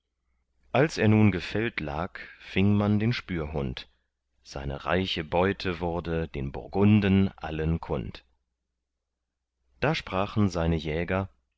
als er nun gefällt lag fing man den spürhund seine reiche beute wurde den burgunden allen kund da sprachen seine jäger